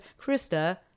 Krista